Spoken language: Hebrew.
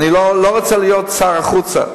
אני לא רוצה להיות שר החוצה.